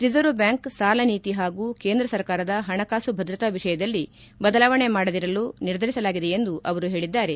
Reserve Bank ಸಾಲನೀತಿ ಹಾಗೂ ಕೇಂದ್ರ ಸರ್ಕಾರದ ಹಣಕಾಸು ಭದ್ರತಾ ವಿಷಯದಲ್ಲಿ ಬದಲಾವಣೆ ಮಾಡದಿರಲು ನಿರ್ಧರಿಸಲಾಗಿದೆ ಎಂದು ಅವರು ಹೇಳಿದ್ದಾರೆ